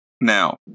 Now